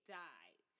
died